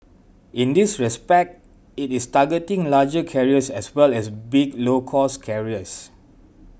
in this respect it is targeting larger carriers as well as big low cost carriers